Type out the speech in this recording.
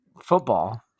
football